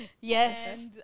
yes